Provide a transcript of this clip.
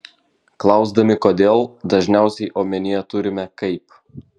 klausdami kodėl dažniausiai omenyje turime kaip